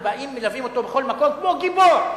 ובאים מלווים אותו בכל מקום כמו גיבור.